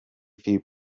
few